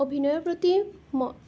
অভিনয়ৰ প্ৰতি